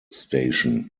station